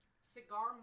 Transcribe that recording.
Cigar